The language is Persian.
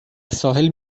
ساحل